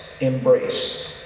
embrace